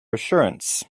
assurance